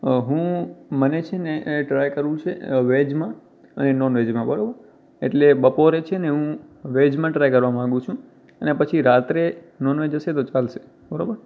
હું મને છે ને એ ટ્રાય કરવું છે વૅજમાં અને નૉન વૅજમાં બરાબર એટલે બપોરે છે ને હું વૅજમાં ટ્રાય કરવા માગુ છું અને પછી રાત્રે નૉન વૅજ હશે તો ચાલશે બરાબર